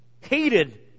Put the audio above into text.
Hated